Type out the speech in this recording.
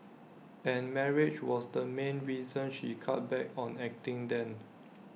and marriage was the main reason she cut back on acting then